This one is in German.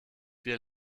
wir